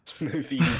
movie